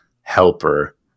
helper